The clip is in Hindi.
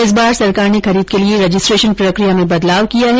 इस बार सरकार ने खरीद के लिए रजिस्ट्रेशन प्रक्रिया में बदलाव किया है